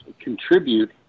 contribute